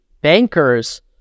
bankers